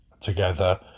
together